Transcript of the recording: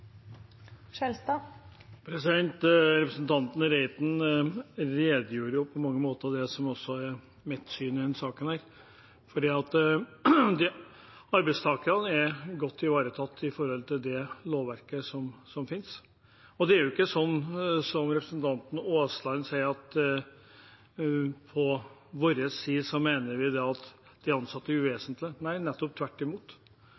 i arbeidsmiljøloven. Representanten Reiten redegjorde på mange måter for det som også er mitt syn i denne saken, for arbeidstakerne er godt ivaretatt i det lovverket som finnes. Og det er jo ikke sånn som representanten Aasland sier, at vi fra vår side mener at de ansatte er uvesentlige. Nei, tvert imot